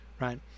right